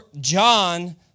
John